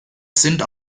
sind